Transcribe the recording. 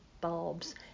bulbs